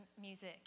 music